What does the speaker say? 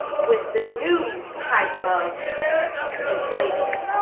with the new type of enslavement?